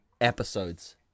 episodes